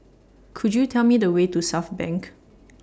Could YOU Tell Me The Way to Southbank